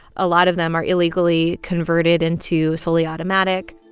a lot of them are illegally converted into fully automatic.